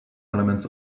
elements